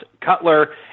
Cutler